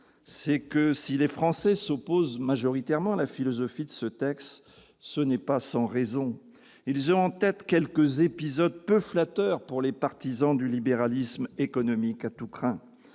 c'est que si les Français s'opposent majoritairement à la philosophie de ce texte, ce n'est pas sans raison ! Ils ont en tête quelques épisodes peu flatteurs pour les partisans du libéralisme économique à tous crins.